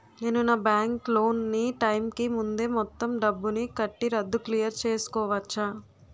నేను నా bank loan నీ టైం కీ ముందే మొత్తం డబ్బుని కట్టి రద్దు క్లియర్ చేసుకోవచ్చా?